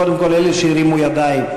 קודם כול אלה שהרימו ידיים,